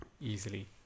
easily